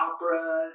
opera